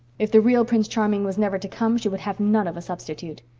if the real prince charming was never to come she would have none of a substitute.